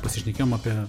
pasišnekėjom apie